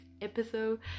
episode